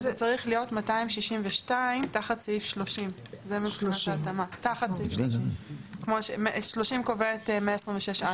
זה צריך להיות 262 תחת סעיף 30. 30 קובע את 126(א).